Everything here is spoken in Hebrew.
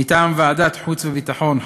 מטעם ועדת החוץ והביטחון,